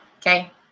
okay